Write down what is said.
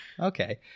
Okay